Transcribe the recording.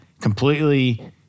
completely